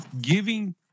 giving